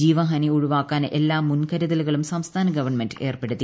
ജീവഹാനി ഒഴിവാക്കാൻ എല്ലാ മുൻകരുതലുകളും സംസ്ഥാന ഗവൺമെന്റ് ഏർപ്പെടുത്തി